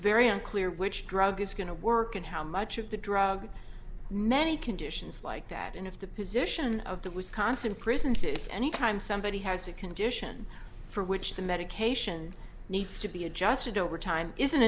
very unclear which drug is going to work and how much of the drug many conditions like that and if the position of the wisconsin prisons is any time somebody has a condition for which the medication needs to be adjusted over time isn't